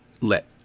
let